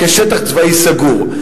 כשטח צבאי סגור.